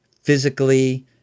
physically